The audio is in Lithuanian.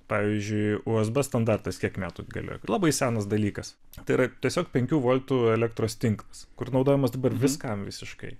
pavyzdžiui usb standartas kiek metų galioja labai senas dalykas tai yra tiesiog penkių voltų elektros tinklas kur naudojamas dabar viskam visiškai